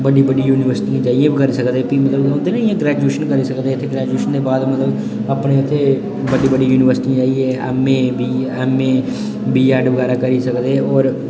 बड्डी बड्डी यूनिवर्सटियें जाइयै बी करी सकदे फ्ही मतलब होंदे नि इ'यां ग्रैजुएशन करी सकदे इत्थै ग्रैजुएशन दे बाद मतलब अपने उत्थै बड्डी बड्डी यूनिवर्सटियें जाइयै M A B A M A B Ed बगैरा करी सकदे होर